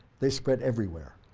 they spread everywhere.